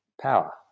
power